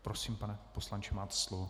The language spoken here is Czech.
Prosím, pane poslanče, máte slovo.